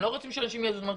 הם לא רוצים שהאנשים יעזבו.